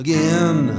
Again